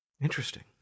Interesting